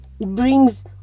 brings